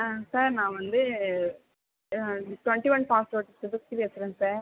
ஆம் சார் நான் வந்து twenty one pass out Subashree பேசுகிறேன் சார்